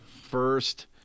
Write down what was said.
first